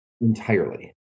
entirely